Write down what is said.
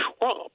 Trump